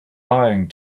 lying